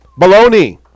Baloney